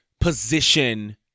position